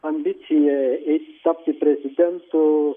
ambicija eiti tapti prezidentu